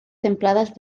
templadas